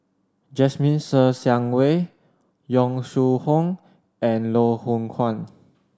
Jasmine Ser Xiang Wei Yong Shu Hoong and Loh Hoong Kwan